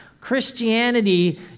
Christianity